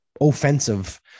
offensive